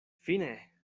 fine